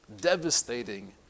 devastating